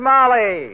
Molly